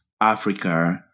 Africa